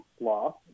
law